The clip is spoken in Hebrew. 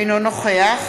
אינו נוכח